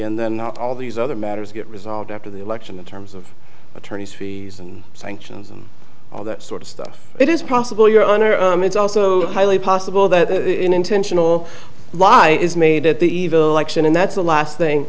and then all these other matters get resolved after the election in terms of attorneys fees and sanctions and all that sort of stuff it is possible your honor it's also highly possible that an intentional lie is made at the evil election and that's the last thing